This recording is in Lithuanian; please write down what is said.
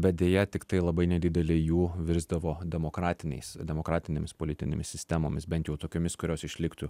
bet deja tiktai labai nedidelė jų virsdavo demokratiniais demokratinėmis politinėmis sistemomis bent jau tokiomis kurios išliktų